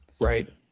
Right